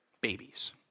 babies